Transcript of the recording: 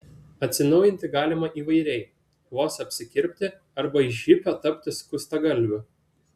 atsinaujinti galima įvairiai vos apsikirpti arba iš hipio tapti skustagalviu